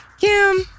Kim